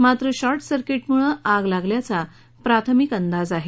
मात्र शॉर्टसर्किट मुळे आग लागल्याचा प्राथमिक अंदाज आहे